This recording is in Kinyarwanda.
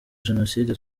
jenoside